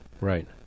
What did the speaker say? Right